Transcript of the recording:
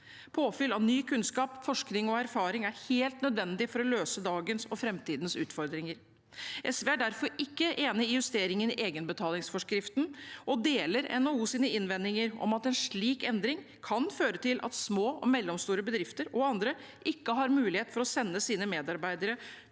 Påfyll av ny kunnskap, forskning og erfaring er helt nødvendig for å løse dagens og framtidens utfordringer. SV er derfor ikke enig i justeringen i egenbetalingsforskriften og deler NHOs innvendinger om at en slik endring kan føre til at små og mellomstore bedrifter – og andre – ikke har mulighet for å sende sine medarbeidere